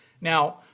Now